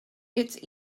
its